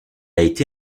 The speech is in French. été